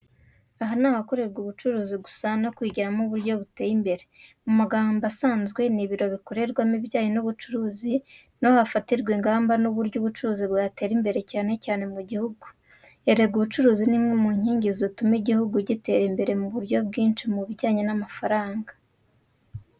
Aha nahakorerwa ubucuruzi gusa nokwigiramo uburyo buri butere imbere mumagambo asnzwe nibiru bikorerwamo ibijyanye n,ubucuruzi niho hafatirwa ingamba nhburyo ubucuruzi bwatera imbere cyane mugihugu erega ubucuruzi nimwe munkingi zituma igihugu gitera imbere muburyo bwi nshi mubijya namafaranga.